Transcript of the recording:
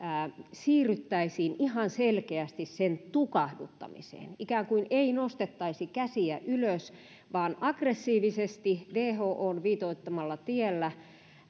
siirryttäisiin ihan selkeästi sen tukahduttamiseen ei ikään kuin nostettaisi käsiä ylös vaan aggressiivisesti whon viitoittamalla tiellä